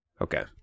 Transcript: Okay